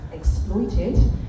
exploited